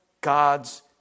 God's